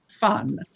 fun